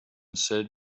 said